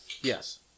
Yes